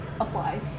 apply